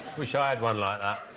wish i had one like that